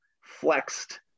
flexed